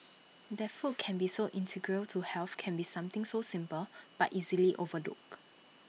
that food can be so integral to health can be something so simple but easily overlooked